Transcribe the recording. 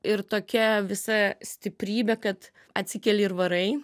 ir tokia visa stiprybė kad atsikeli ir varai